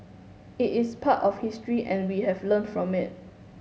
it is part of history and we have learned from it